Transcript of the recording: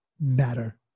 matter